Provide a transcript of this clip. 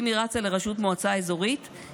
אם היא רצה לראשות מועצה אזורית,